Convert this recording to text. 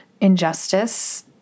injustice